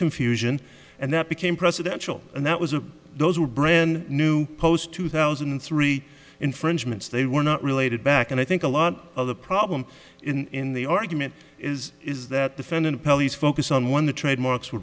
confusion and that became presidential and that was a those were brand new post two thousand and three infringements they were not related back and i think a lot of the problem in the argument is is that defendant pelleas focus on one the trademarks